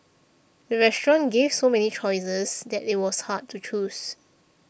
the restaurant gave so many choices that it was hard to choose